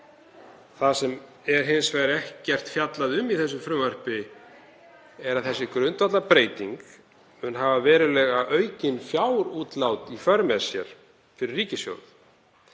Það sem er hins vegar ekkert fjallað um í frumvarpinu er að þessi grundvallarbreyting mun hafa verulega aukin fjárútlát í för með sér fyrir ríkissjóð.